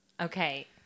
okay